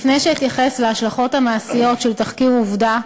לפני שאתייחס להשלכות המעשיות של תחקיר "עובדה",